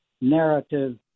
narrative